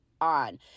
on